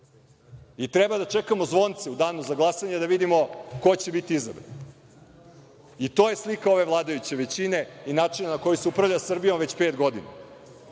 I treba da čekamo zvonce u Danu za glasanje da vidimo ko će biti izabran. To je slika ove vladajuće većine i načina na koji se upravlja Srbijom već pet godina. Drago